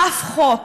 אף חוק